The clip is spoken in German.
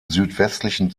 südwestlichen